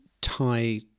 tie